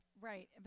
Right